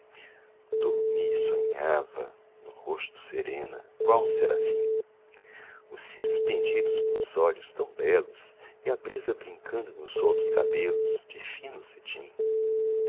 e sonhava no rosto serena qual um serafim os cílios pendidos nos olhos tão belos e a brisa brincando nos soltos cabelos de fino cetim